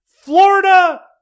Florida